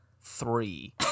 three